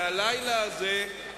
שהלילה הזה,